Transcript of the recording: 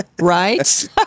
Right